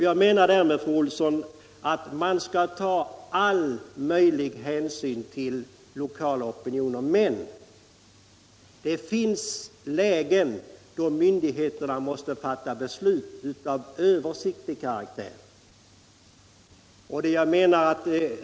Jag menar därmed, fru Olsson, att man visserligen skall ta all möjlig hänsyn till lokala opinioner men att det finns lägen då myndigheterna måste fatta beslut av översiktlig karaktär.